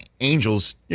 Angels